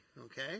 okay